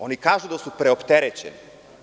Oni kažu da su preopterećeni.